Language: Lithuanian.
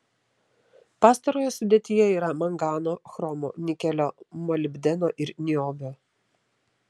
pastarojo sudėtyje yra mangano chromo nikelio molibdeno ir niobio